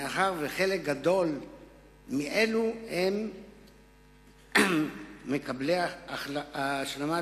מאחר שחלק גדול מאלה שהם מקבלי השלמת